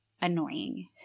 annoying